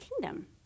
kingdom